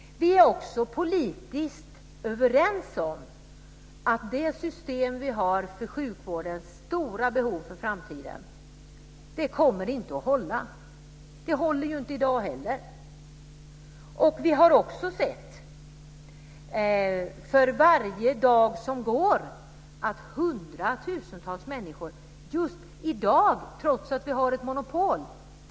Vi är också politiskt överens om att det system vi har för sjukvårdens stora behov för framtiden inte kommer att hålla. Det håller inte i dag heller. Vi ser också, för varje dag som går, att hundratusentals människor tecknar privata försäkringar, trots att vi har ett monopol.